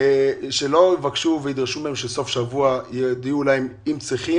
שלא יבקשו וידרשו מהם שבסוף שבוע יודיעו להם אם הם